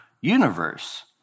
universe